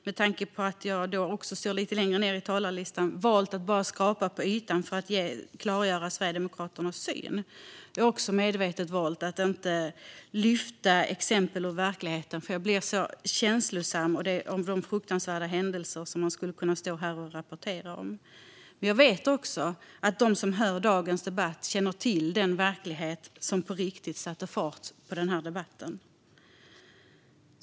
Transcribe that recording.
Med tanke på att jag står lite längre ned på talarlistan har jag valt att bara skrapa på ytan för att klargöra Sverigedemokraternas syn. Jag har också medvetet valt att inte lyfta fram exempel ur verkligheten. Jag blir så känslosam när jag tänker på de fruktansvärda händelser som jag skulle kunna rapportera om här. Men jag vet också att de som hör denna debatt känner till den verklighet som på riktigt satte fart på debatten.